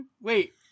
Wait